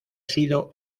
sido